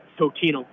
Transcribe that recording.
Totino